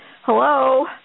hello